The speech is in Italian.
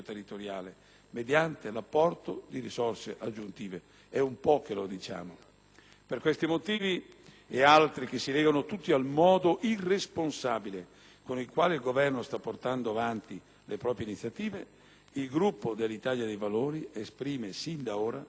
Per questi ed altri motivi, che si legano tutti al modo irresponsabile con il quale il Governo sta portando avanti le proprie iniziative, il Gruppo dell'Italia dei Valori preannuncia sin d'ora che esprimerà un voto contrario al provvedimento al nostro esame.